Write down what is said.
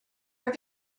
have